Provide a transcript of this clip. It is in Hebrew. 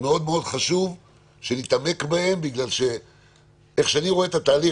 מאוד מאוד חשוב שנתעמק בהם כי איך שאני רואה את התהליך